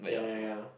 ya ya ya